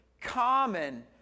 common